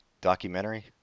documentary